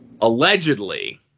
allegedly